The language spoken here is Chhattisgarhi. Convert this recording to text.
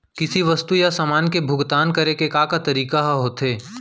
किसी वस्तु या समान के भुगतान करे के का का तरीका ह होथे?